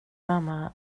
mamma